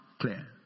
clear